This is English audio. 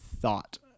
thought